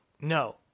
no